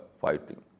fighting